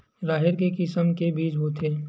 राहेर के किसम के बीज होथे?